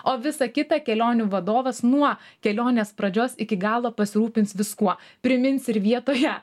o visa kita kelionių vadovas nuo kelionės pradžios iki galo pasirūpins viskuo primins ir vietoje